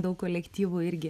daug kolektyvų irgi